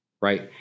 Right